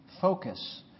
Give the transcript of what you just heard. focus